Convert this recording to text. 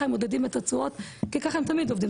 הם מודדים את התשואות וככה הם תמיד עובדים,